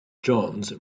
johns